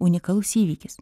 unikalus įvykis